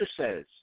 says